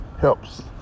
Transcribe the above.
helps